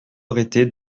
arrêtés